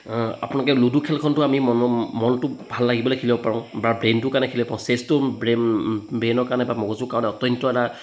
আপোনালোকে লুডু খেলখনতো আমি মন মনটো ভাল লাগিবলৈ খেলিব পাৰোঁ বা ব্ৰেইনটোৰ কাৰণে খেলিব পাওঁ চে্চটো ব্ৰেন ব্ৰেইনৰ কাৰণে বা মগজুৰ কাৰণে অত্যন্ত এটা